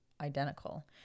identical